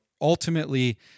ultimately